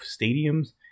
stadiums